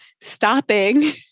stopping